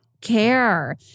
care